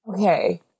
Okay